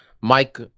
Mike